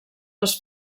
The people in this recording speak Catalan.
les